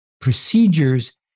procedures